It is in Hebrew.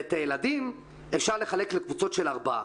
ואת הילדים אפשר לחלק לקבוצות של ארבעה.